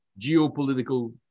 geopolitical